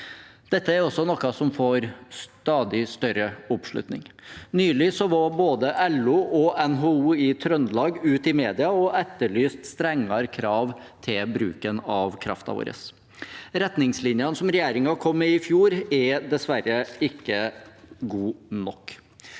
Dette er også noe som får stadig større oppslutning. Nylig var både LO og NHO i Trøndelag ut i media og etterlyste strengere krav til bruken av kraften vår. Retningslinjene som regjeringen kom med i fjor, er dessverre ikke gode nok.